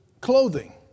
clothing